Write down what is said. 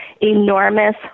enormous